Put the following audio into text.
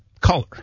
color